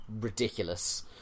ridiculous